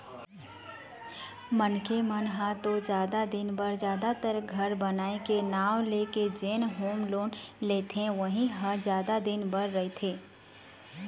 मनखे मन ह तो जादा दिन बर जादातर घर बनाए के नांव लेके जेन होम लोन लेथे उही ह जादा दिन बर रहिथे